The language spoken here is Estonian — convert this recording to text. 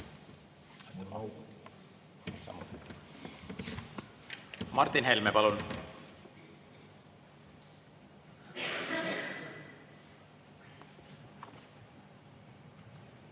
Martin Helme, palun!